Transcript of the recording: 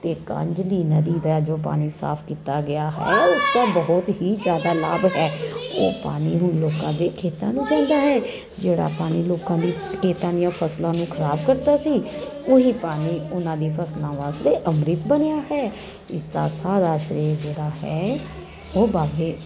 ਅਤੇ ਕੰਜਲੀ ਨਦੀ ਦਾ ਜੋ ਪਾਣੀ ਸਾਫ ਕੀਤਾ ਗਿਆ ਹੈ ਉਸ ਦਾ ਬਹੁਤ ਹੀ ਜ਼ਿਆਦਾ ਲਾਭ ਹੈ ਉਹ ਪਾਣੀ ਹੁਣ ਲੋਕਾਂ ਦੇ ਖੇਤਾਂ ਨੂੰ ਜਾਂਦਾ ਹੈ ਜਿਹੜਾ ਪਾਣੀ ਲੋਕਾਂ ਦੀ ਖੇਤਾਂ ਦੀਆਂ ਫਸਲਾਂ ਨੂੰ ਖਰਾਬ ਕਰਦਾ ਸੀ ਉਹੀ ਪਾਣੀ ਉਹਨਾਂ ਦੀ ਫਸਲਾਂ ਵਾਸਤੇ ਅੰਮ੍ਰਿਤ ਬਣਿਆ ਹੈ ਇਸ ਦਾ ਸਾਰਾ ਸ਼੍ਰੈਅ ਜਿਹੜਾ ਹੈ ਉਹ ਬਾਬੇ